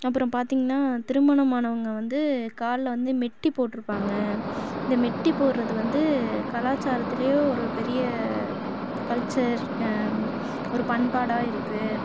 அப்புறம் பார்த்திங்ன்னா திருமணம் ஆனவங்கள் வந்து காலில் வந்து மெட்டி போட்டிருப்பாங்க இந்த மெட்டி போடுறது வந்து கலாச்சாரத்திலையோ ஒரு பெரிய கல்ச்சர் ஒரு பண்பாடாக இருக்குது